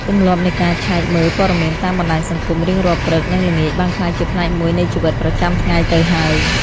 ទម្លាប់នៃការឆែកមើលព័ត៌មានតាមបណ្ដាញសង្គមរៀងរាល់ព្រឹកនិងល្ងាចបានក្លាយជាផ្នែកមួយនៃជីវិតប្រចាំថ្ងៃទៅហើយ។